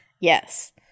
yes